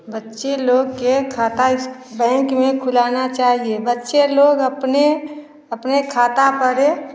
बच्चे लोग के खाता बैंक में खुलना चाहिए बच्चे लोग अपने खाता पर